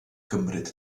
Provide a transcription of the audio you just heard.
gymryd